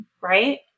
right